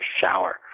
shower